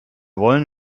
wollen